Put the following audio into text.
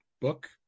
book